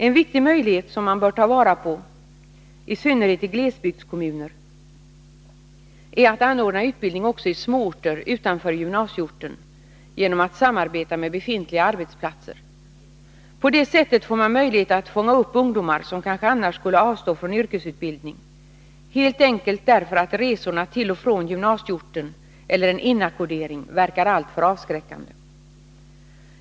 En viktig möjlighet som man bör ta vara på, i synnerhet i glesbygdskommuner, är att anordna utbildning också i småorter utanför gymnasieorten genom att samarbeta med befintliga arbetsplatser. På det sättet får man möjlighet att fånga upp ungdomar som kanske annars skulle avstå från yrkesutbildning, helt enkelt därför att resorna till och från gymnasieorten eller en inackordering verkar alltför avskräckande.